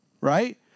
Right